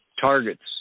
targets